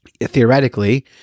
theoretically